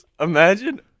Imagine